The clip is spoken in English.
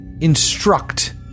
instruct